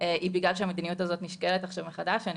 היא בגלל שהמדיניות הזאת נשקלת מחדש אני